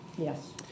Yes